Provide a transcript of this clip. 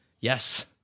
Yes